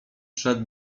przed